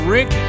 Rick